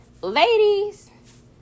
ladies